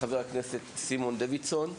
חבר הכנסת סימון דוידסון,